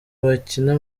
bakina